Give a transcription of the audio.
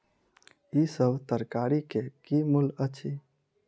ई सभ तरकारी के की मूल्य अछि?